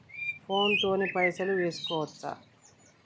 Phone తోని పైసలు వేసుకోవచ్చా?